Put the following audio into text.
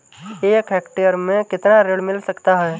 एक हेक्टेयर में कितना ऋण मिल सकता है?